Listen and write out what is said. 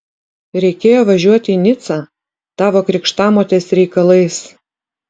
reikėjo važiuoti į nicą tavo krikštamotės reikalais